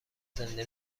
زنده